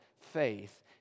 faith